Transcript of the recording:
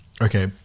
okay